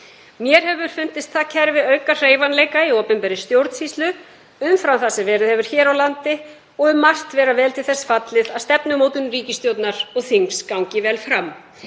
Mér hefur fundist það kerfi auka hreyfanleika í opinberri stjórnsýslu umfram það sem verið hefur hér á landi og um margt vera vel til þess fallið að stefnumótun ríkisstjórnar og þings gangi vel fram.